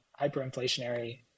hyperinflationary